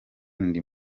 ndi